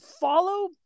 follow